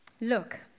Look